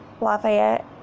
Lafayette